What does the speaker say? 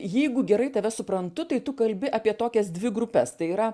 jeigu gerai tave suprantu tai tu kalbi apie tokias dvi grupes tai yra